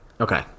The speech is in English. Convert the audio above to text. Okay